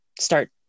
start